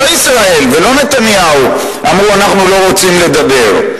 לא ישראל ולא נתניהו אמרו: אנחנו לא רוצים לדבר.